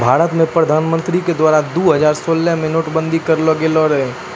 भारतो मे प्रधानमन्त्री के द्वारा दु हजार सोलह मे नोट बंदी करलो गेलो रहै